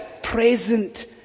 present